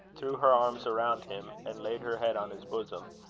threw her arms around him, and laid her head on his bosom.